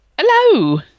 hello